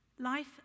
Life